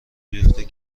بیفتد